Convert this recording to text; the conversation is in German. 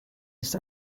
ist